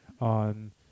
on